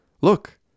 Look